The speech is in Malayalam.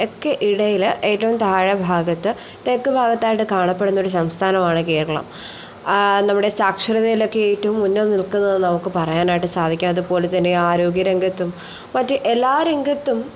ഒക്കെ ഇടയിൽ ഏറ്റവും താഴെ ഭാഗത്ത് തെക്ക് ഭാഗത്തായിട്ട് കാണപ്പെടുന്ന ഒരു സംസ്ഥാനമാണ് കേരളം നമ്മുടെ സാക്ഷരതയിലൊക്കെ ഏറ്റവും മുന്നിൽ നിൽക്കുന്നത് നമുക്ക് പറയാനായിട്ട് സാധിക്കും അതുപോലെതന്നെ ആരോഗ്യരംഗത്തും മറ്റ് എല്ലാ രംഗത്തും